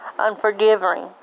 Unforgiving